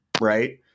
right